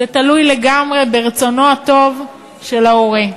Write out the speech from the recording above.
זה תלוי לגמרי ברצונו הטוב של ההורה.